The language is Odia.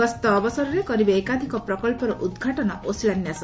ଗସ୍ତ ଅବସରରେ କରିବେ ଏକାଧିକ ପ୍ରକ୍ସର ଉଦ୍ଘାଟନ ଓ ଶିଳାନ୍ୟାସ